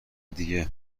دیگه